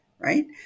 right